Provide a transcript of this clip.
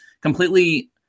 completely